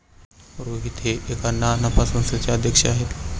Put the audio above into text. रोहित हे एका ना नफा संस्थेचे अध्यक्ष आहेत